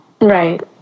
Right